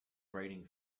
writing